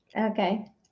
Okay